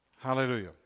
hallelujah